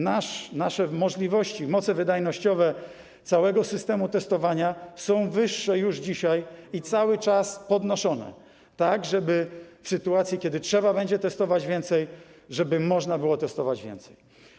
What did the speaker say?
Nasze możliwości, moce wydajnościowe całego systemu testowania są więc wyższe już dzisiaj i cały czas podnoszone tak, żeby w sytuacji kiedy trzeba będzie testować więcej, można było testować więcej.